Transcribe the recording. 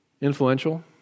influential